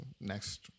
next